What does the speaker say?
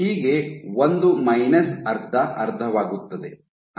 ಹೀಗೆ ಒಂದು ಮೈನಸ್ ಅರ್ಧ ಅರ್ಧವಾಗುತ್ತದೆ